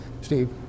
Steve